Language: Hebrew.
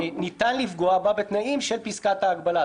ניתן לפגוע בה בתנאים של פסקת ההגבלה.